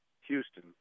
Houston